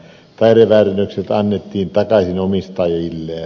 taideväärennökset annettiin takaisin omistajilleen